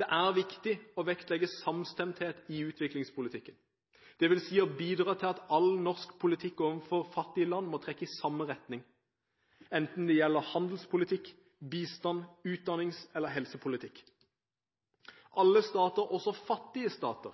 Det er viktig å vektlegge samstemthet i utviklingspolitikken, dvs. å bidra til at all norsk politikk overfor fattige land trekker i samme retning, enten det gjelder handelspolitikk, bistand, utdanningspolitikk eller helsepolitikk. Alle stater, også fattige stater,